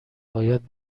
باید